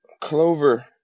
Clover